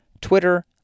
Twitter